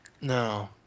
No